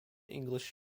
english